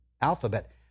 alphabet